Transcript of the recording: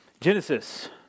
Genesis